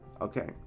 okay